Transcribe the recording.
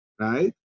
right